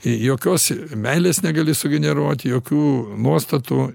jokios meilės negali sugeneruot jokių nuostatų